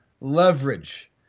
leverage